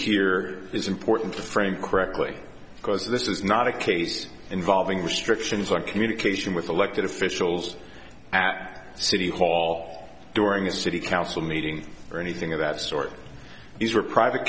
here is important to frame correctly because this is not a case involving restrictions like communication with elected officials at city hall during a city council meeting or anything of that sort these were private